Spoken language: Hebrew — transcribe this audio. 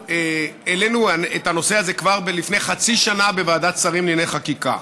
והעלינו את הנושא כבר לפני חצי שנה בוועדת שרים לענייני חקיקה,